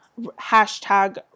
Hashtag